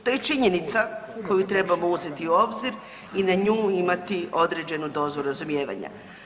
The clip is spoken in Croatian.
To je činjenica koju trebamo uzeti u obzir i na nju imati određenu dozu razumijevanja.